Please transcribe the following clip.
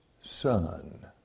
Son